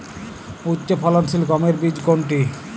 উচ্চফলনশীল গমের বীজ কোনটি?